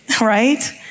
right